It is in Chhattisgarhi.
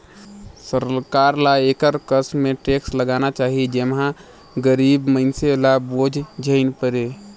सरकार ल एकर कस में टेक्स लगाना चाही जेम्हां गरीब मइनसे ल बोझ झेइन परे